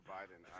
Biden